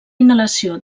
inhalació